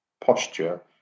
posture